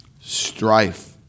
strife